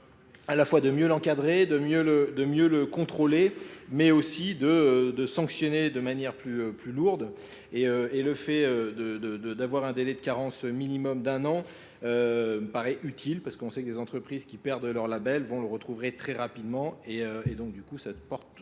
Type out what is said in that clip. à la fois de mieux l'encadrer, de mieux le contrôler, mais aussi de sanctionner de manière plus lourde. Et le fait d'avoir un délai de carence minimum d'un an paraît utile, parce qu'on sait que des entreprises qui perdent leur label vont le retrouver très rapidement. Et donc, du coup, ça porte tout simplement